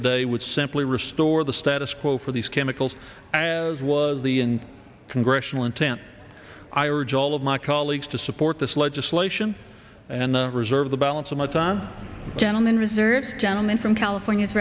today would simply restore the status quo for these chemicals as was the in congressional intent i urge all of my colleagues to support this legislation and preserve the balance of my time gentleman reserves gentleman from california